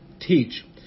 teach